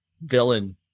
villain